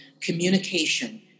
communication